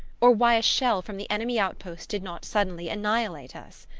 or why a shell from the enemy outpost did not suddenly annihilate us.